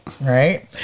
right